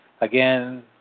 again